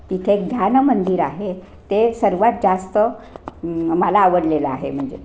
तिथे एक ध्यान मंदिर आहे ते सर्वात जास्त मला आवडलेलं आहे म्हणजे